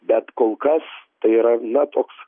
bet kol kas tai yra na toks